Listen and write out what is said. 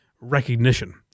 recognition